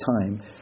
time